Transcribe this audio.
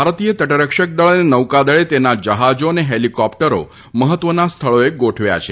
ભારતીય તટરક્ષકદળ અને નૌકાદળે તેના જહાજો અને હેલીકોપ્ટરો મહત્વના સ્થળોએ ગોઠવ્યાં છે